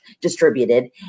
distributed